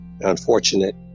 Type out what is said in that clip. Unfortunate